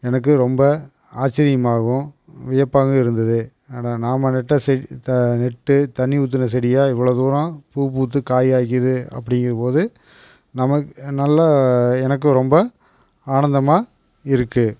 எனக்கு ரொம்ப ஆச்சரியமாகவும் வியப்பாகவும் இருந்தது அட நாம் நட்ட செடி நட்டு தண்ணி ஊற்றின செடியா இவ்வளோ தூரம் பூ பூத்து காய் காய்க்கிறது அப்படிங்கிறபோது நமக் நல்ல எனக்கு ரொம்ப ஆனந்தமாக இருக்குது